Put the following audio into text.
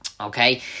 okay